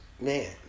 Man